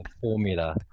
formula